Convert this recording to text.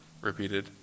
repeated